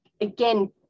again